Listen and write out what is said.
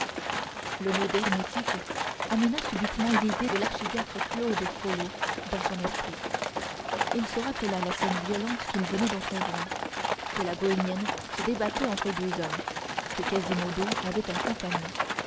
le mot d'hermétiques amena subitement l'idée de l'archidiacre claude frollo dans son esprit il se rappela la scène violente qu'il venait d'entrevoir que la bohémienne se débattait entre deux hommes que quasimodo avait un compagnon